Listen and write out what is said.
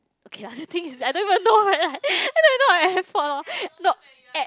okay lah the thing is I don't even know whether I I don't even know I'm at fault lor no at